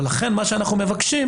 ולכן מה שאנחנו מבקשים